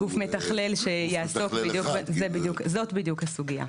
גוף מתכלל שיעסוק, זאת בדיוק הסוגייה,